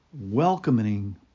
welcoming